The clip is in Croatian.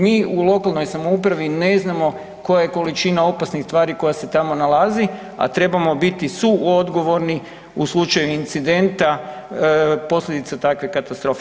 Mi u lokalnoj samoupravi ne znamo koja je količina opasnih tvari koja se tamo nalazi, a trebamo biti suodgovorni u slučaju incidenta posljedica takve katastrofe.